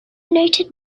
noted